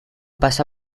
pasa